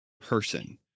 person